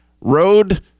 Road